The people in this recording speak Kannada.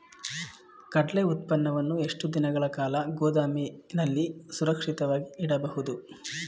ಕಡ್ಲೆ ಉತ್ಪನ್ನವನ್ನು ಎಷ್ಟು ದಿನಗಳ ಕಾಲ ಗೋದಾಮಿನಲ್ಲಿ ಸುರಕ್ಷಿತವಾಗಿ ಇಡಬಹುದು?